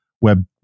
web